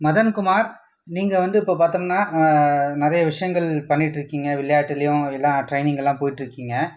மதன்குமார் நீங்கள் வந்து இப்போது பார்த்தோம்னா நிறைய விஷயங்கள் பண்ணிகிட்டு இருக்கீங்க விளையாட்டுலேயும் எல்லா ட்ரைனிங் எல்லா போய்ட்டு இருக்கீங்க